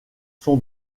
son